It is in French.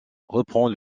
reprend